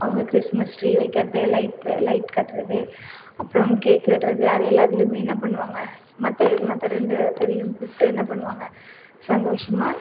அவங்கள் Christmas tree வைக்கிறது light light கட்டுறது அப்புறம் கேக் வெட்டுறது அது எல்லாத்துலயுமே என்ன பண்ணுவாங்கள் மற்ற மற்ற இரண்டு பேரையும் கூப்பிடு என்ன பண்ணுவாங்கள் சந்தோஷமாக